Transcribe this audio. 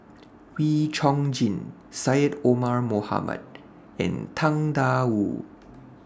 Wee Chong Jin Syed Omar Mohamed and Tang DA Wu